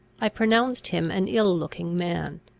i pronounced him an ill-looking man.